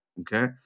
okay